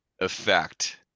effect